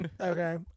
Okay